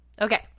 Okay